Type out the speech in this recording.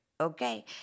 Okay